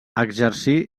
exercí